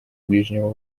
ближнего